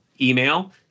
email